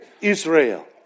Israel